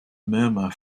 murmur